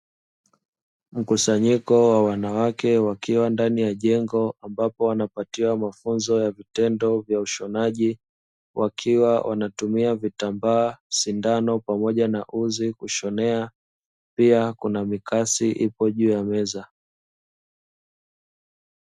Mkusanyiko wa wanawake wakiwa ndani ya jengo, ambapo wanapatiwa mafunzo ya vitendo vya ushonaji wakiwa wanatumia vitambaa, sindano pamoja na uzi kushonea pia kuna mikasi ipo juu ya meza.